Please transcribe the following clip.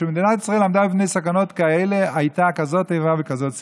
כשמדינת ישראל עמדה בפני סכנות כאלה היו כזאת איבה וכזאת שנאה.